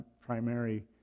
primary